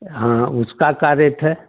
हाँ उसका क्या रेट है